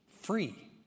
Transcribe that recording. Free